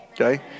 okay